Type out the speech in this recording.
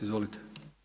Izvolite.